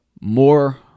more